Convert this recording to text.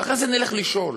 ואחרי זה נלך לשאול: